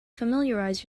familiarize